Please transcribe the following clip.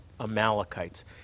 Amalekites